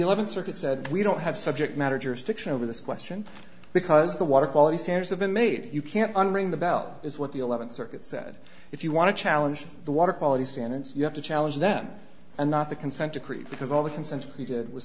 eleventh circuit said we don't have subject matter jurisdiction over this question because the water quality standards have been made you can't unring the bell is what the eleventh circuit said if you want to challenge the water quality standards you have to challenge them and not the consent decree because all the